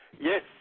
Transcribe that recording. Yes